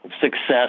success